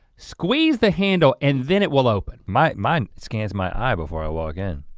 squeeze the handle, and then it will open. my my scans my eye before i walk in.